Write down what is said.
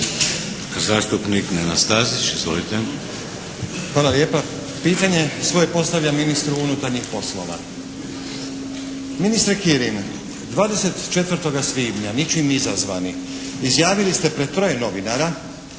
**Stazić, Nenad (SDP)** Hvala lijepa. Pitanje svoje postavljam ministru unutarnjih poslova. Ministre Kirin 24. svibnja ničim izazvani izjavili ste pred troje novinara